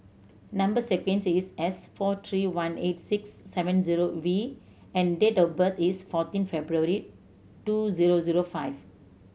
number sequence is S four three one eight six seven zero V and date of birth is fourteen February two zero zero five